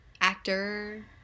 actor